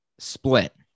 Split